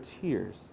tears